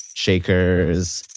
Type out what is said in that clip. shakers,